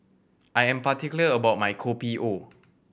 I am particular about my Kopi O